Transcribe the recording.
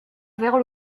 vers